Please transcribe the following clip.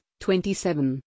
27